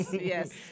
yes